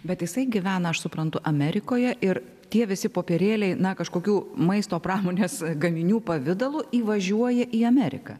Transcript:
bet jisai gyvena aš suprantu amerikoje ir tie visi popierėliai na kažkokių maisto pramonės gaminių pavidalu įvažiuoja į ameriką